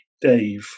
Dave